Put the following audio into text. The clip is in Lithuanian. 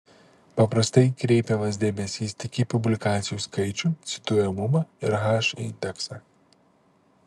paprastai kreipiamas dėmesys tik į publikacijų skaičių cituojamumą ir h indeksą